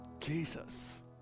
Jesus